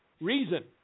reason